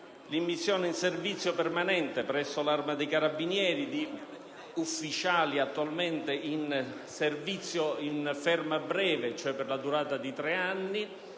l'immissione in servizio permanente presso l'Arma dei carabinieri di ufficiali attualmente in servizio in ferma breve, cioè per la durata di tre anni,